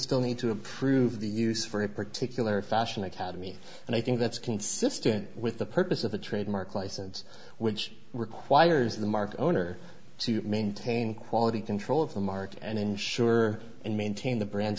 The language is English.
still need to approve the use for a particular fashion academy and i think that's consistent with the purpose of the trademark license which requires the mark owner to maintain quality control of the market and ensure and maintain the bran